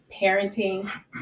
parenting